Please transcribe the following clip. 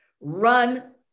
Run